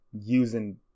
using